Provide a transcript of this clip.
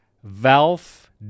Valve